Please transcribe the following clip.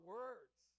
words